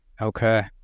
Okay